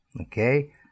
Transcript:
Okay